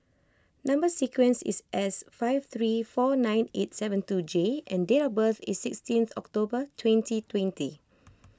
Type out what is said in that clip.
Number Sequence is S five three four nine eight seven two J and date of birth is sixteen October twenty twenty